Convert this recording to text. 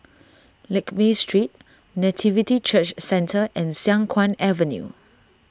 Lakme Street Nativity Church Centre and Siang Kuang Avenue